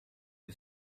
dei